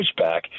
pushback